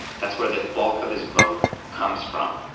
that's where the bulk of his vote comes from.